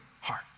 heart